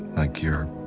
like you're